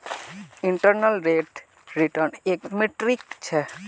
internal rate of return एक metric छ